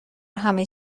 همه